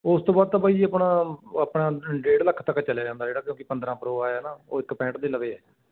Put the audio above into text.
ਉਸ ਤੋਂ ਬਾਅਦ ਤਾਂ ਬਾਈ ਜੀ ਆਪਣਾ ਆਪਣਾ ਡੇਢ ਲੱਖ ਤੱਕ ਚਲਿਆ ਜਾਂਦਾ ਜਿਹੜਾ ਕਿਉਂਕਿ ਪੰਦਰ੍ਹਾਂ ਪਰੋ ਆਇਆ ਨਾ ਉਹ ਇੱਕ ਪੈਂਹਠ ਦੇ ਲਵੇ ਆ